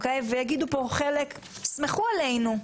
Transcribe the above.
ויגידו פה חלק - תסמכו עלינו,